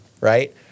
right